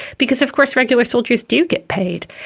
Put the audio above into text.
because of course regular soldiers do get paid,